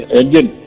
engine